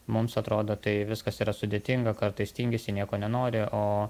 mums atrodo tai viskas yra sudėtinga kartais tingisi nieko nenori o